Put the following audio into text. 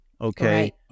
okay